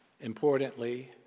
importantly